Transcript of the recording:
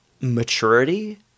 maturity